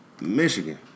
Michigan